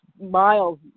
miles